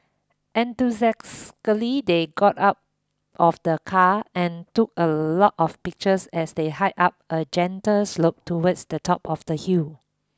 enthusiastically they got out of the car and took a lot of pictures as they hiked up a gentle slope towards the top of the hill